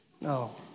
No